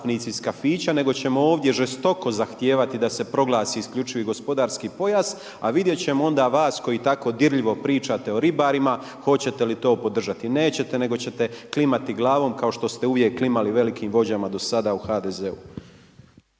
iz kafića nego ćemo ovdje žestoko zahtijevati da se proglasi isključivi gospodarski pojas, a vidjet ćemo onda vas koji tako dirljivo pričate o ribarima hoćete li to podržati. Nećete, nego ćete klimati glavom kao što ste uvijek klimali velikim vođama do sada u HDZ-u.